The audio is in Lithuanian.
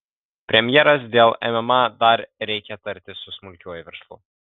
premjeras dėl mma dar reikia tartis su smulkiuoju verslu